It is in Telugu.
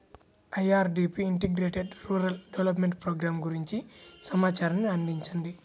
IRDP integrated rural development programme గురించి సమాచారాన్ని అందించండి?